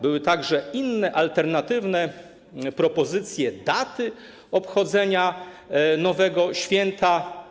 Były także inne, alternatywne propozycje daty obchodzenia nowego święta.